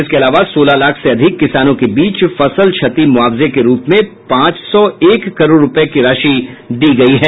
इसके अलावा सोलह लाख से अधिक किसानों के बीच फसल क्षति मुआवजे के रूप में पांच सौ एक करोड़ रूपये दिये गये हैं